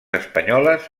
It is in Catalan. espanyoles